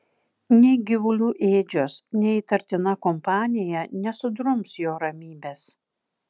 nei gyvulių ėdžios nei įtartina kompanija nesudrums jo ramybės